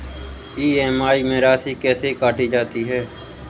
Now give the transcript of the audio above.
EMI में राशि कैसे काटी जाती है?